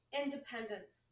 independence